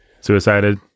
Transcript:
Suicided